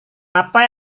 apa